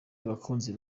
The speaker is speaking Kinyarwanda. abakunzi